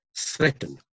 threaten